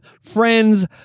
friends